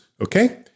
okay